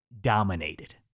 dominated